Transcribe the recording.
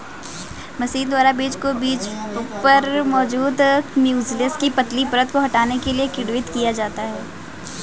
machine द्वारा बीज को बीज पर मौजूद म्यूसिलेज की पतली परत को हटाने के लिए किण्वित किया जाता है